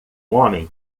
homem